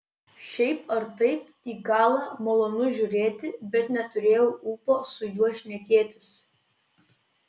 šiaip ar taip į galą malonu žiūrėti bet neturėjau ūpo su juo šnekėtis